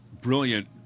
brilliant